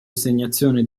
assegnazione